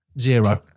zero